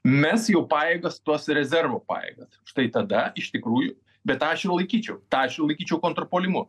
mes jau pajėgas tuos rezervo pajėgas štai tada iš tikrųjų bet tą aš jau laikyčiau tą aš jau laikyčiau kontrpuolimu